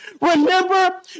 Remember